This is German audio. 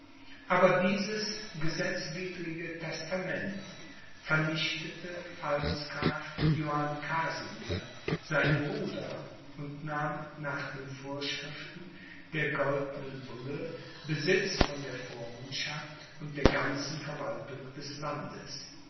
aber dieses gesetzwidrige testament vernichtete pfalzgraf johann casimir sein bruder und nahm nach den vorschriften der goldnen bulle besitz von der vormundschaft und der ganzen verwaltung des landes